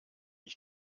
ich